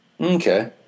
Okay